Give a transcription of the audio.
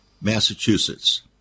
Massachusetts